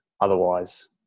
otherwise